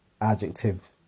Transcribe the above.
adjective